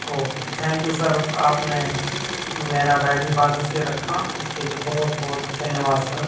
okay thank you sir آپ نے میرا بیگ حفاظت سے رکھا اس کے لیے بہت بہت دھنیہ واد سر